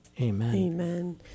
Amen